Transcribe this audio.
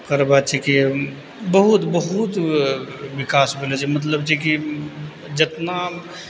ओकर बाद छै कि बहुत बहुत विकास भेलै जे मतलब जे कि जतना